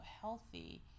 healthy